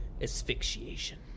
Asphyxiation